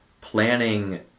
planning